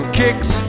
kicks